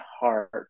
heart